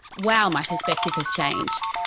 wow, my perspective has changed.